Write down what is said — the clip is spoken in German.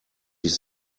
sich